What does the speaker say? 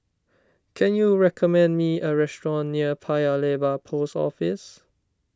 can you recommend me a restaurant near Paya Lebar Post Office